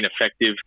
ineffective